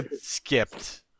skipped